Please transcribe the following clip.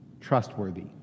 trustworthy